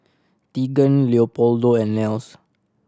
Teagan Leopoldo and Nels